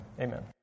Amen